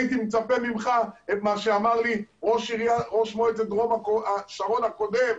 הייתי מצפה ממך את מה שאמר לי ראש מועצת דרום השרון הקודם.